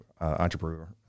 entrepreneur